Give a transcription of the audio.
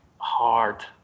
hard